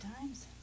times